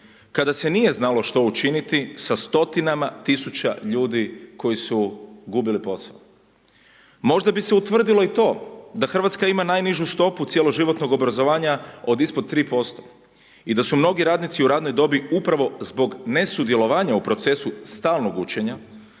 Kada se nije znalo što učiniti sa stotinama tisuća ljudi koji su gubili posao. Možda bi se utvrdilo i to da Hrvatska ima najnižu stopu cijeloživotnog obrazovanja od ispod 3% i da su mnogi radnici u radnoj dobi upravo zbog nesudjelovanja u procesu stalnog učenja